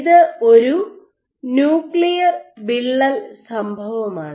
ഇത് ഒരു ന്യൂക്ലിയർ വിള്ളൽ സംഭവമാണ്